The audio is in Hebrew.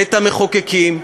בית-המחוקקים,